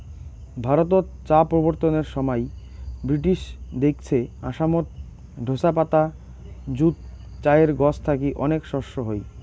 ভারতত চা প্রবর্তনের সমাই ব্রিটিশ দেইখছে আসামত ঢোসা পাতা যুত চায়ের গছ থাকি অনেক শস্য হই